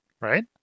Right